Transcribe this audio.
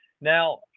Now